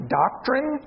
doctrine